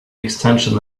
extension